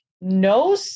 no